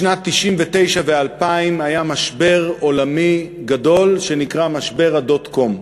בשנת 1999 ו-2000 היה משבר עולמי גדול שנקרא "משבר הדוט-קום".